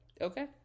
okay